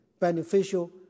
beneficial